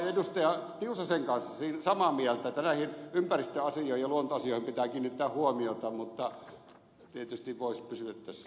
tiusasen kanssa siinä samaa mieltä että näihin ympäristöasioihin ja luontoasioihin pitää kiinnittää huomiota mutta tietysti voisi pysyä tässä asiassa pikkuisen